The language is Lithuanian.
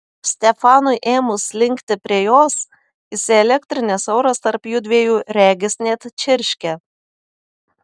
stefanui ėmus linkti prie jos įsielektrinęs oras tarp jųdviejų regis net čirškė